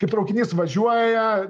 kai traukinys važiuoja